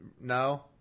no